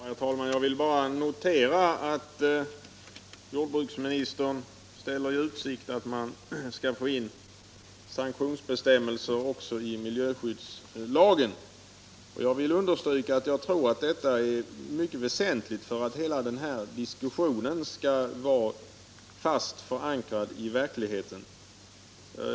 Herr talman! Jag vill bara notera att jordbruksministern ställer i utsikt att man skall få in sanktionsbestämmelser också i miljöskyddslagen. Jag vill understryka att jag tror att detta är mycket väsentligt för att den här diskussionen skall vara fast förankrad i verkligheten.